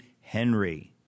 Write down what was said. Henry